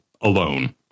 alone